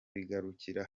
bigarukira